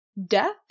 death